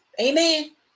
Amen